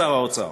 שר האוצר,